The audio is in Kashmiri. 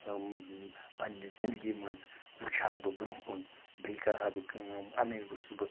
پَننہِ زِندگی منٛز وُچھ ہا بہٕ برٛۄنٛہہ کُن بیٚیہِ کَرٕ ہا بہٕ کٲم اَنٕنۍ گوٚژھُس بہٕ